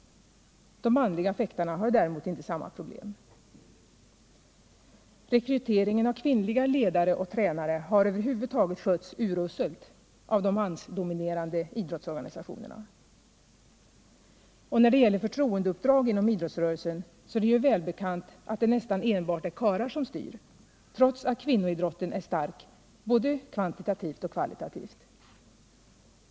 De manliga fäktarna har däremot inte samma problem. Rekryteringen av kvinnliga ledare och tränare har över huvud taget skötts uruselt av de mansdominerade idrottsorganisationerna. När det gäller förtroendeuppdrag inom idrottsrörelsen är det ju välbekant, att det nästan enbart är karlar som styr, trots att kvinnoidrotten är stark både kvantitativt och kvalitativt.